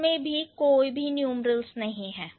इसमें भी कोई भी न्यूमरल्स नहीं है